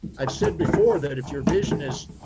i've said before that if your vision is,